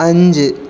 അഞ്ച്